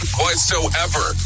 whatsoever